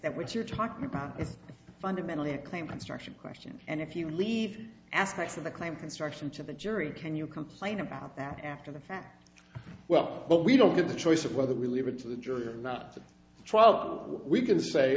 that what you're talking about is fundamentally a claim construction question and if you leave aspects of the claim construction of the jury can you complain about that after the fact well but we don't get the choice of whether we leave it to the jury or not the trial we can say